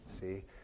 see